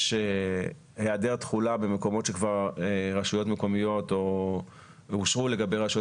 יש היעדר תחולה במקומות שכבר אושרו לגבי רשויות